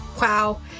wow